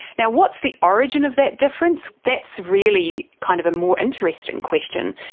now, what's the origin of that difference? that's really kind of a more interesting question.